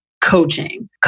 coaching